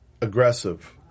aggressive